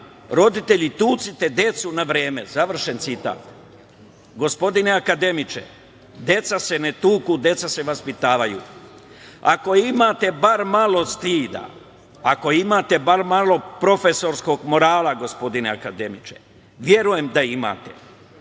„Roditelji tucite decu na vreme“, završen citat. Gospodine akademiče, deca se ne tuku, deca se vaspitavaju. Ako imate bar malo stida, ako imate bar malo profesorskog morala, gospodine akademiče, verujem da imate,